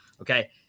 Okay